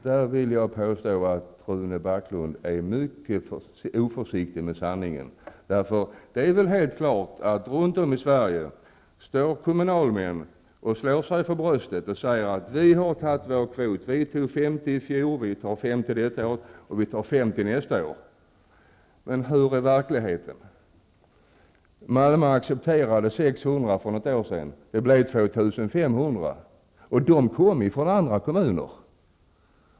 Jag vill påstå att Rune Backlund är mycket oförsiktig med sanningen i det sammanhanget. Runt om i Sverige står kommunalmän och slår sig för bröstet: ''Vi har tagit vår kvot. Vi tog 50 i fjol, vi tar 50 detta år och vi tar 50 nästa år.'' Men hur är verkligheten? Malmö accepterade 600 för något år sedan. Det blev 2 500 -- och de kom från andra kommuner.